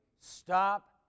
stop